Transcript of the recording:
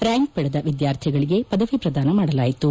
ರ್ಹಾಂಕ್ಪಡೆದ ವಿದ್ಯಾರ್ಥಿಗಳಿಗೆ ಪದವಿ ಪ್ರದಾನ ಮಾಡಲಾಯಿತು